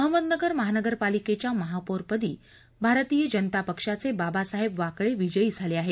अहमदनगर महानगरपालिकेच्या महापौरपदी भारतीय जनता पक्षाचे बाबासाहेब वाकळे विजयी झाले आहेत